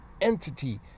entity